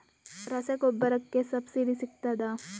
ರಸಗೊಬ್ಬರಕ್ಕೆ ಸಬ್ಸಿಡಿ ಸಿಗ್ತದಾ?